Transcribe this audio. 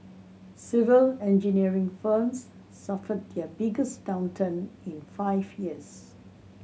civil engineering firms suffered their biggest downturn in five years